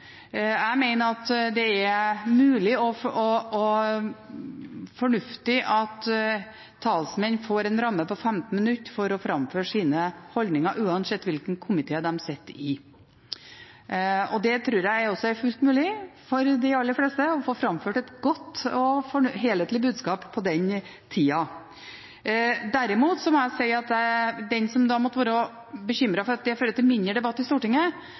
jeg mener at det er fornuftig. Jeg mener at det er mulig og fornuftig at talsmenn får en ramme på 15 minutter til å framføre sine holdninger, uansett hvilken komité de sitter i. Jeg tror også det er fullt mulig for de aller fleste å framføre et godt og helhetlig budskap på den tida. Til dem som måtte være bekymret for at det fører til mindre debatt i Stortinget,